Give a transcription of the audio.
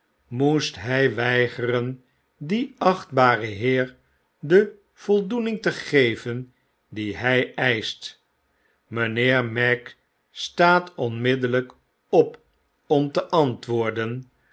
moest hy weigeren dien achtbaren neer de voldoening te geven die hy eischt mijnheer magg staat onmiddellyk op om te antwoorden